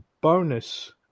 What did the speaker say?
bonus